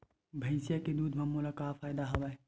भैंसिया के दूध म मोला का फ़ायदा हवय?